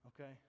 Okay